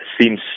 seems